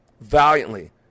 valiantly